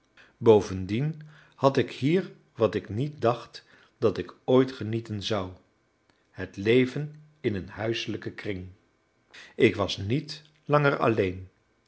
bovendien had ik hier wat ik niet dacht dat ik ooit genieten zou het leven in een huiselijken kring ik was niet langer alleen